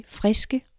friske